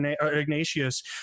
Ignatius